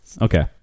Okay